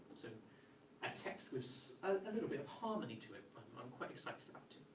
so a text with a little bit of harmony to it i'm quite excited about